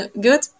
good